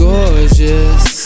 Gorgeous